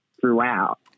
throughout